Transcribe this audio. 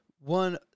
one